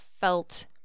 felt